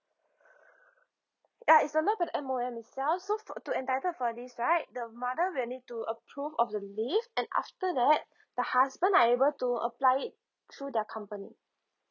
ya it's select by the M_O_M itself so f~ to entitled for this right the mother will need to approve of the leave and after that the husband are able to apply it through their company